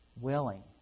willing